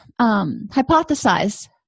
hypothesize